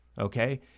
Okay